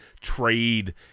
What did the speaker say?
trade